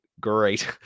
great